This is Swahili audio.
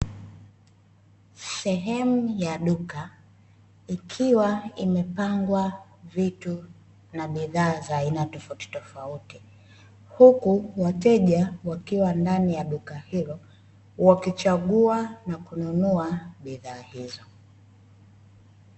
Sehemu ya duka ikiwa imepangwa vitu na bidhaa tofautitofauti, huku wateja wakiwa ndani ya duka hilo wakichagua na kununua bidhaa hizo.